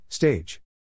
Stage